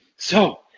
so